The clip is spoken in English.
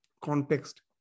context